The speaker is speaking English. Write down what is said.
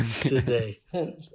today